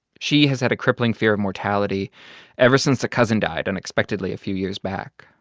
she has had a crippling fear of mortality ever since a cousin died unexpectedly a few years back.